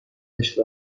رنج